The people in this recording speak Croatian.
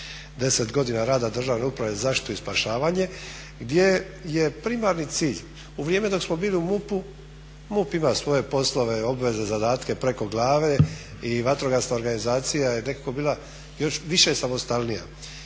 10 godina rada Državne uprave za zaštitu i spašavanje gdje je primarni cilj u vrijeme dok smo bili u MUP-u, MUP ima svoje poslove, obveze, zadatke preko glave i vatrogasna organizacija je nekako bila još više samostalnija.